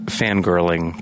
fangirling